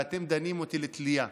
ואתם דנים אותי לתלייה.